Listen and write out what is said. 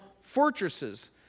fortresses